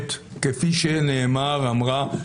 כפי שאמרה אילנה,